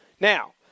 Now